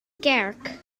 kerk